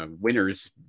winners